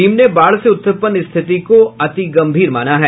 team ने बाढ़ से उत्पन्न स्थिति को अतिगंभीर माना है